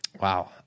Wow